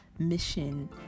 Mission